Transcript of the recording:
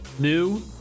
new